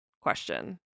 question